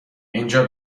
اینجا